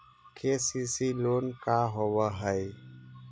KCC loan का होब हइ?